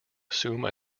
assume